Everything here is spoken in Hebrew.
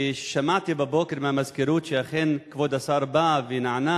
כי שמעתי בבוקר מהמזכירות שאכן כבוד השר בא ונענה,